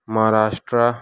Maharashtra